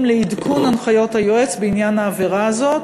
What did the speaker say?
לעדכון הנחיות היועץ בעניין העבירה הזאת,